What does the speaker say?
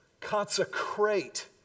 Consecrate